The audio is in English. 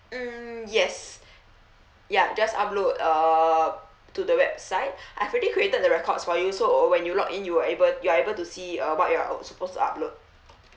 mm yes ya just upload uh to the website I've already created the records for you so when you log in you were able you are able to see uh what your are suppose upload